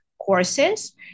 courses